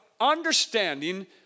understanding